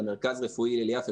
למרכז רפואי הלל יפה.